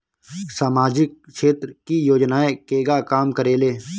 सामाजिक क्षेत्र की योजनाएं केगा काम करेले?